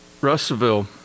russellville